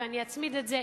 ואני אצמיד את זה,